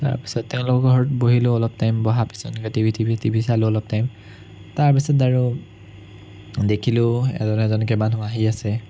তাৰপিছত তেওঁলোকৰ ঘৰত বহিলোঁ অলপ টাইম বহাৰ পিছত এনেকে T V T V T V চালোঁ অলপ টাইম তাৰপিছত আৰু দেখিলোঁ এজন এজনকে মানুহ আহি আছে